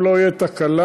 אם לא תהיה תקלה,